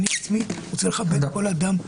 שאני עצמי רוצה לכבד כל אדם.